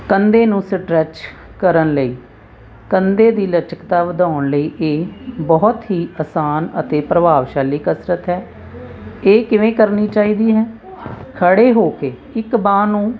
ਕੰਧੇ ਨੂੰ ਸਟਰੈਚ ਕਰਨ ਲਈ ਕੰਧੇ ਦੀ ਲਚਕਤਾ ਵਧਾਉਣ ਲਈ ਇਹ ਬਹੁਤ ਹੀ ਆਸਾਨ ਅਤੇ ਪ੍ਰਭਾਵਸ਼ਾਲੀ ਕਸਰਤ ਹੈ ਇਹ ਕਿਵੇਂ ਕਰਨੀ ਚਾਹੀਦੀ ਹੈ ਖੜ੍ਹੇ ਹੋ ਕੇ ਇੱਕ ਬਾਂਹ ਨੂੰ